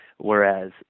Whereas